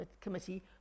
Committee